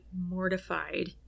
mortified